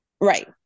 Right